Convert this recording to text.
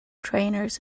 trainers